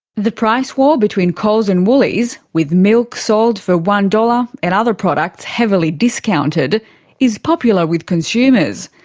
the price war between coles and woolies with milk sold for one dollars and other products heavily discounted is popular with consumers.